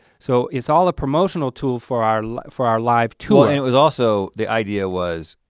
so it's all a promotional tool for our for our live tour. and it was also the idea was,